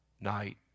night